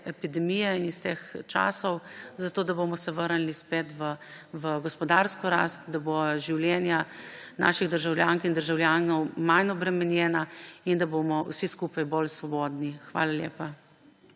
epidemije in iz teh časov, zato da se bomo vrnili spet v gospodarsko rast, da bodo življenja naših državljank in državljanov manj obremenjena in da bomo vsi skupaj bolj svobodni. Hvala lepa.